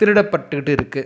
திருடப்பட்டுகிட்டு இருக்கு